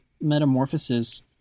metamorphosis